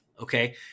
Okay